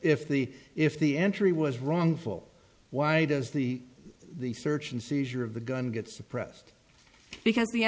if the if the entry was wrongful why does the the search and seizure of the gun get suppressed because